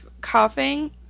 coughing